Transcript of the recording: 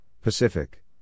Pacific